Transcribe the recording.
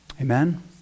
Amen